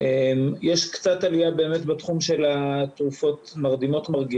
יש קצת עליה באמת בתחום של התרופות מרדימות-מרגיעות,